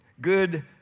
Good